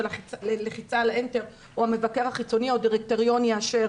הלחיצה על ה-אנטר או המבקר החיצוני או הדירקטוריון יאשר.